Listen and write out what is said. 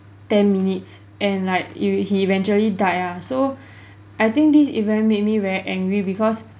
ten minutes and like it he eventually died ah so I think this event made me very angry because